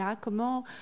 Comment